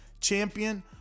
champion